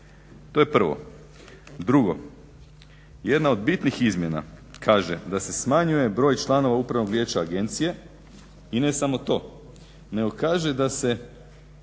To je prvo. Drugo, jedna od bitnih izmjena kaže da se smanjuje broj članova Upravnog vijeća agencije i ne samo to, nego kaže da se